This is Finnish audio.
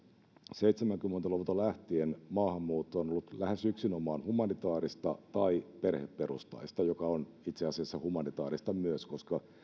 seitsemänkymmentä luvulta lähtien maahanmuutto on ollut lähes yksinomaan humanitaarista tai perheperustaista mikä on itse asiassa humanitaarista myös koska